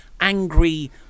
Angry